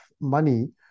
money